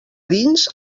dins